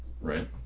right